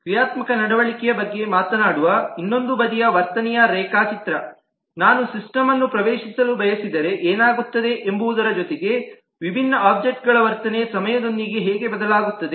ಕ್ರಿಯಾತ್ಮಕ ನಡವಳಿಕೆಯ ಬಗ್ಗೆ ಮಾತನಾಡುವ ಇನ್ನೊಂದು ಬದಿಯ ವರ್ತನೆಯ ರೇಖಾಚಿತ್ರ ನಾನು ಸಿಸ್ಟಮ್ನ್ನು ಪ್ರವೇಶಿಸಲು ಬಯಸಿದರೆ ಏನಾಗುತ್ತದೆ ಎಂಬುದರ ಜೊತೆಗೆ ವಿಭಿನ್ನ ಒಬ್ಜೆಕ್ಟ್ಗಳ ವರ್ತನೆಯು ಸಮಯದೊಂದಿಗೆ ಹೇಗೆ ಬದಲಾಗುತ್ತದೆ